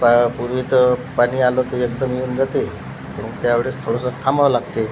पाया पुरवितं पाणी आलं तर एकदम येऊन जाते तर मग त्यावेळेस थोडंसं थांबावं लागते